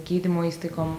gydymo įstaigom